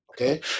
okay